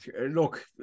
look